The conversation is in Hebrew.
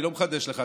אני לא מחדש לך,